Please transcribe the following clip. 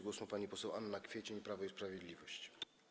Głos ma pani poseł Anna Kwiecień, Prawo i Sprawiedliwość.